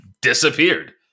disappeared